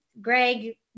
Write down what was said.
Greg